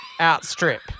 outstrip